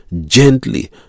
gently